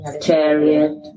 chariot